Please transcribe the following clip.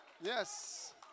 yes